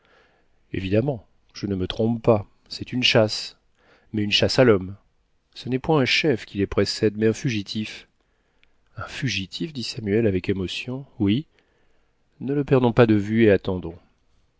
evidemment je ne me trompe pas c'est une chasse mais une chasse à l'homme ce n'est point un chef qui les précède mais un fugitif un fugitif dit samuel avec émotion oui ne le perdons pas de vue et attendons